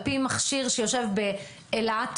על פי מכשיר שיושב באילת,